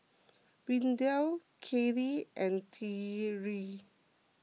Windell Kellee and Tre